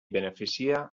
beneficia